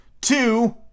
two